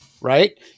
right